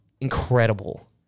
incredible